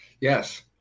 Yes